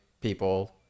people